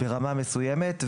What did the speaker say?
ברמה מסוימת,